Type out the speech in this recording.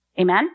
Amen